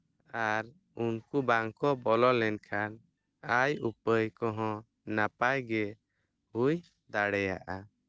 ᱟᱨ ᱩᱱᱠᱩ ᱵᱟᱝᱠᱚ ᱵᱚᱞᱚ ᱞᱮᱱᱠᱷᱟᱱ ᱟᱭᱼᱩᱯᱟᱹᱭ ᱠᱚᱦᱚᱸ ᱱᱟᱯᱟᱭ ᱜᱮ ᱦᱩᱭ ᱫᱟᱲᱮᱭᱟᱜᱼᱟ